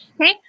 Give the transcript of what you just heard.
Okay